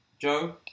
Joe